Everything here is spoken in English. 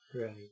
Right